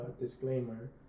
disclaimer